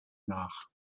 nach